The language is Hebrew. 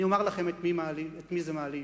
אני אומר לכם את מי זה מעליב,